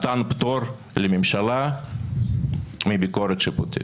מתן פטור לממשלה מביקורת שיפוטית.